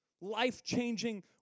life-changing